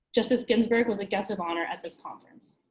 justice ginsburg was a guest of honor at this conference.